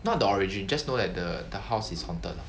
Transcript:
not the origin just know that the the house is haunted lah